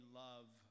love